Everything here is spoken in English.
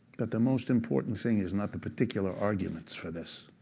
but the most important thing is not the particular arguments for this.